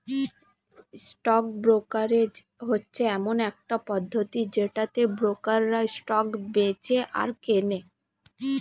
stock brokerage হচ্ছে এমন একটা পদ্ধতি যেটাতে ব্রোকাররা স্টক বেঁচে আর কেনে